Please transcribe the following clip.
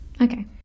Okay